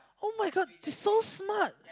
[oh]-my-god he so smart